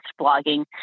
blogging